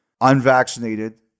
unvaccinated